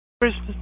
Christmas